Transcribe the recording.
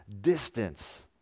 distance